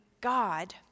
God